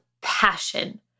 passion